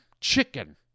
chicken